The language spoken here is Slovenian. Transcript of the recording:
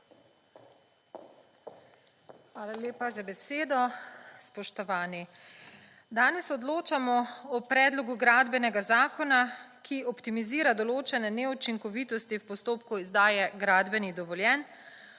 Hvala lepa za besedo. Spoštovani! Danes odločamo o predlogu gradbenega zakona, ki optimizira določene neučinkovitosti v postopku izdaje gradbenih dovoljenj,